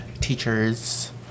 teachers